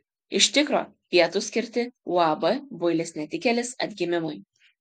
iš tikro pietūs skirti uab builis netikėlis atgimimui